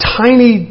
tiny